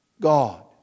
God